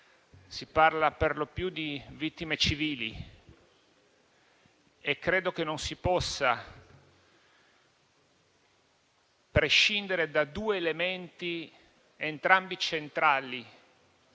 Si parla per lo più di vittime civili e credo che non si possa prescindere da due elementi, entrambi centrali.